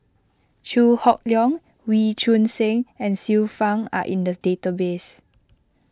Chew Hock Leong Wee Choon Seng and Xiu Fang are in the database